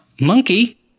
monkey